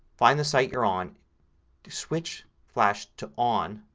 find the site you're on to switch flash to on,